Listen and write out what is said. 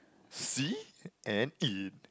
see and eat